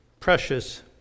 precious